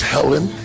Helen